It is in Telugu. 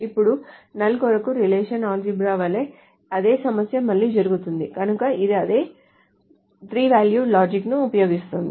ఇప్పుడు నల్ కొరకు రిలేషనల్ అల్జీబ్రాలో వలె అదే సమస్య మళ్లీ జరుగుతుంది కనుక ఇది అదే త్రీ వాల్యూడ్ లాజిక్ ను అనుసరిస్తుంది